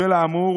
בשל האמור,